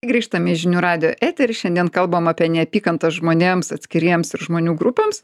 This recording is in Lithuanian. grįžtame į žinių radijo etery šiandien kalbam apie neapykantą žmonėms atskiriems ir žmonių grupėms